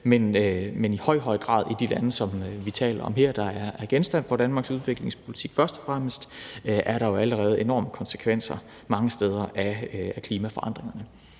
i høj grad i de lande, som vi taler om her, og som er genstand for Danmarks udviklingspolitik; først og fremmest er der jo allerede enorme konsekvenser af klimaforandringerne